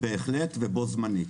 בהחלט ובו זמנית.